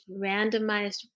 randomized